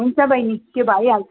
हुन्छ बहिनी त्यो भइहाल्छ